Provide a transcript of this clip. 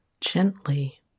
gently